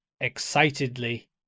excitedly